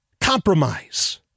Compromise